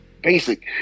Basic